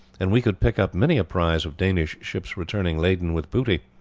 and we could pick up many a prize of danish ships returning laden with booty.